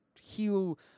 heal